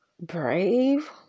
brave